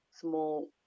small